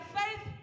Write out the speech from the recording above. faith